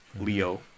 Leo